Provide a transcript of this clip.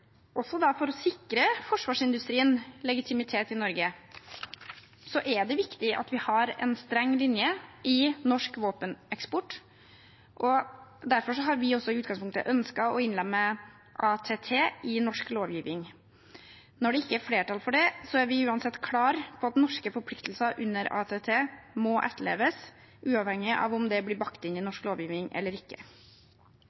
også for å sikre forsvarsindustrien legitimitet i Norge er det viktig at vi har en streng linje i norsk våpeneksport, og derfor har vi i utgangspunktet ønsket å innlemme Arms Trade Treaty, ATT, i norsk lovgivning. Når det ikke er flertall for det, er vi uansett klare på at norske forpliktelser under ATT må etterleves, uavhengig av om de blir bakt inn norsk lovgivning eller ikke. Det er i